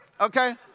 Okay